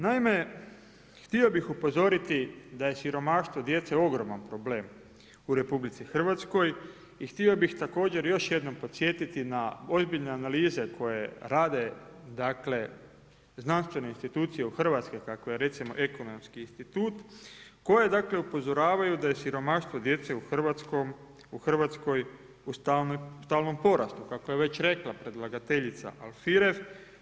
Naime, htio bih upozoriti da je siromaštvo djece ogroman problem u RH i htio bih također još jednom podsjetiti na ozbiljne analize koje rade dakle, znanstvene institucije u HR, kakva je recimo Ekonomski institut koje dakle, upozoravaju da je siromaštvo djece u RH u stalnom porastu, kako je već rekla predlagateljica Alfirev.